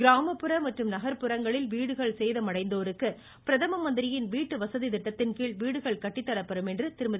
கிராமப்புற மற்றும் நகர்ப்புறங்களில் வீடுகள் சேதமடைந்தோருக்கு பிரதம மந்திரியின் வீட்டு வசதி திட்டத்தின்கீழ் வீடுகள் கட்டித்தரப்படும் என்றும் திருமதி